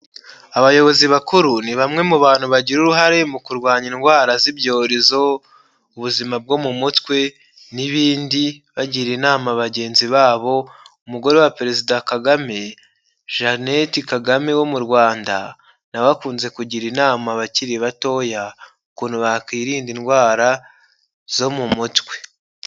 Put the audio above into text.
Abayobozi bakuru ni bamwe mu bantu bagira uruhare mu kurwanya indwara z'ibyorezo, ubuzima bwo mu mutwe n'ibindi, bagira inama bagenzi babo, umugore wa perezida Kagame, Jeannette Kagame wo mu Rwanda na we akunze kugira inama abakiri batoya ukuntu bakwirinda indwara zo mu mutwe.